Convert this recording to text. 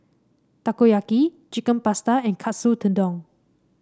Takoyaki Chicken Pasta and Katsu Tendon